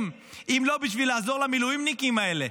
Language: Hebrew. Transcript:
אם לא בשביל לעזור למילואימניקים האלה?